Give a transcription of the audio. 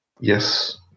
yes